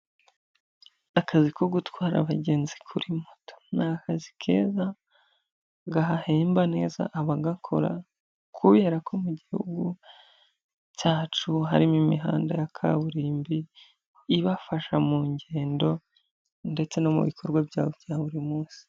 Akazi ko gutwara abagenzi kuri moto ni akazi keza gahemba neza abagakora kubera ko mu gihugu cyacu harimo imihanda ya kaburimbo ibafasha mu ngendo ndetse no mu bikorwa byabo bya buri munsi.